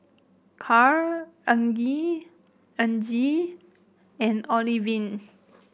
Carl Argie Argie and Olivine